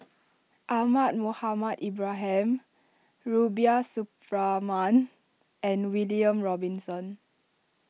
Ahmad Mohamed Ibrahim Rubiah Suparman and William Robinson